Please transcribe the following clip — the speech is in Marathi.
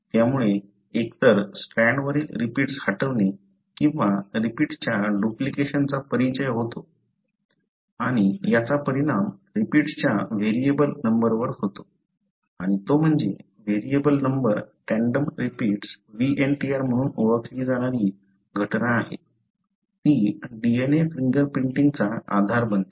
त्यामुळे एकतर स्ट्रँडवरील रिपीट्स हटवणे किंवा रिपीट्सच्या डुप्लिकेशनचा परिचय होतो आणि याचा परिणाम रिपीट्सच्या व्हेरिएबल नंबरवर होतो आणि तो म्हणजे variable number tandem repeats VNTR म्हणून ओळखली जाणारी घटना आहे ती DNA फिंगरप्रिंटिंगचा आधार बनतो